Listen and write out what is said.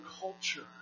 culture